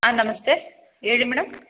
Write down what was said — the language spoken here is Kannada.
ಹಾಂ ನಮಸ್ತೆ ಹೇಳಿ ಮೇಡಮ್